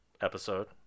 episode